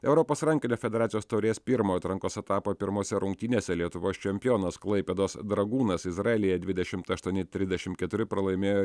europos rankinio federacijos taurės pirmo atrankos etapo pirmose rungtynėse lietuvos čempionas klaipėdos dragūnas izraelyje dvidešimt aštuoni trisdešimt keturi pralaimėjo